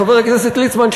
חבר הכנסת ליצמן,